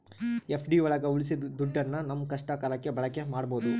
FD ಒಳಗ ಉಳ್ಸಿದ ದುಡ್ಡನ್ನ ನಮ್ ಕಷ್ಟ ಕಾಲಕ್ಕೆ ಬಳಕೆ ಮಾಡ್ಬೋದು